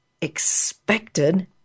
expected